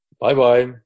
Bye-bye